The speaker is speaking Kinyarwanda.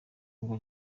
ngo